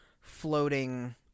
floating